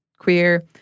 queer